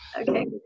Okay